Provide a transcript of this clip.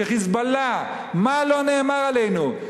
כ"חיזבאללה", מה לא נאמר עלינו?